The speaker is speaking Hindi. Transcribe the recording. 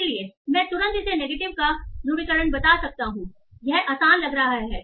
इसलिए मैं तुरंत इसे नेगेटिव का ध्रुवीकरण बता सकता हूं यह आसान लग रहा है